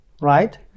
right